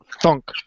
thunk